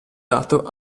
dato